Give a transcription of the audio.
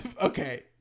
okay